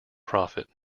profit